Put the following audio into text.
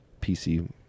PC